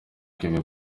kevin